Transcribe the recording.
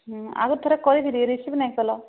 ହୁଁ ଆଗରୁ ଥରେ କରିଥିଲି ରିସିଭ୍ କଲ ନାହିଁ